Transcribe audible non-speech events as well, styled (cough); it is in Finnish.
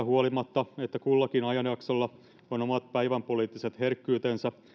(unintelligible) huolimatta että kullakin ajanjaksolla on omat päivänpoliittiset herkkyytensä